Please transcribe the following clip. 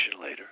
later